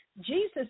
Jesus